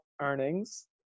earnings